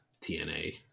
TNA